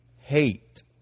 hate